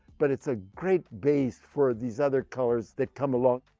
but it's a great base for these other colors that come along.